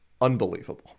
unbelievable